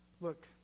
Look